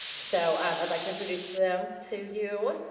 so um i'd like to introduce to them to you.